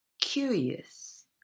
Curious